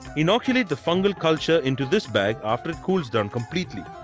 inoculate the fungal culture in to this bag after it cools down completely.